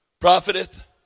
Profiteth